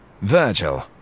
Virgil